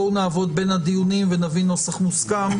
בואו נעבוד בין הדיונים ונביא נוסח מוסכם,